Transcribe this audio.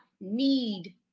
need